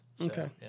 okay